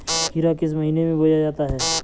खीरा किस महीने में बोया जाता है?